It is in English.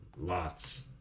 Lots